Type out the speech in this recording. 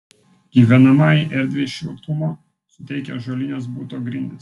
gyvenamajai erdvei šiltumo suteikia ąžuolinės buto grindys